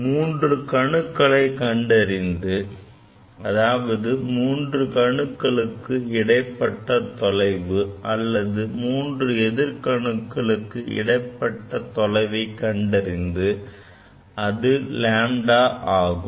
மூன்று கணுக்களை கண்டறிந்து அதாவது 3 கணுக்களுக்கு இடைப்பட்ட தொலைவு அல்லது மூன்று எதிர் கணுக்களுக்கு இடைப்பட்ட தொலைவை கண்டறிந்தால் அது λ ஆகும்